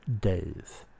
days